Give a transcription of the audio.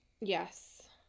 Yes